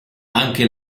anche